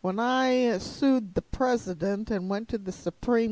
when i sued the president and went to the supreme